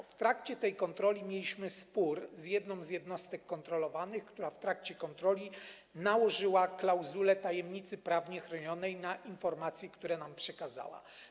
W trakcie tej kontroli mieliśmy spór z jedną z jednostek kontrolowanych, która w trakcie kontroli nałożyła klauzulę tajemnicy prawnie chronionej na informacje, które nam przekazała.